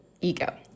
ego